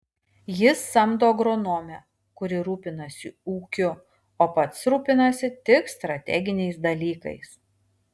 jis samdo agronomę kuri rūpinasi ūkiu o pats rūpinasi tik strateginiais dalykais